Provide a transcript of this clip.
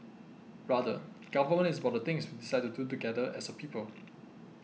rather government is about the things we decide to do together as a people